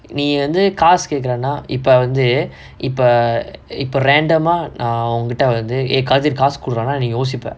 நீ வந்து காசு கேக்குரேனா இப்ப வந்து இப்ப இப்ப:nee vanthu kaasu kaekkuraenaa ippa vanthu ippa ippa random ah நா உன்கிட்ட வந்து:naa unkitta vanthu eh kathir காசு குடுக்குறானா நீ யோசிப்ப:kaasu kudukkuraanaa nee yosippa